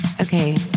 Okay